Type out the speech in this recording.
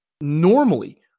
normally